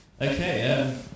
Okay